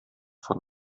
von